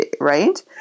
right